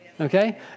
okay